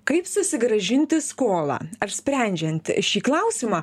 kaip susigrąžinti skolą ar sprendžiant šį klausimą